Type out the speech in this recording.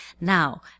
now